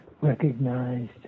recognized